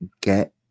get